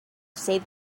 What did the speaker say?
save